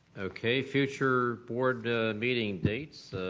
okay, future board ah meeting dates,